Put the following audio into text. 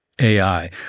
AI